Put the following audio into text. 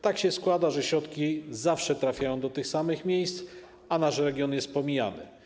Tak się składa, że środki zawsze trafiają do tych samych miejsc, a nasz region jest pomijany.